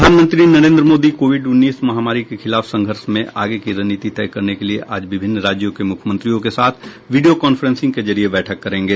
प्रधानमंत्री नरेन्द्र मोदी कोविड उन्नीस महामारी के खिलाफ संघर्ष में आगे की रणनीति तय करने के लिए आज विभिन्न राज्यों के मुख्यमंत्रियों के साथ वीडियो कॉन्फ्रेंस के जरिए बैठक करेंगे